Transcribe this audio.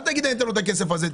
אל תגיד אני אתן לו את הכסף הזה.